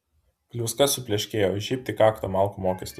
pliauska supleškėjo žybt į kaktą malkų mokestis